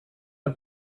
nur